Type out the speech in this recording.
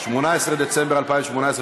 18 בדצמבר 2018,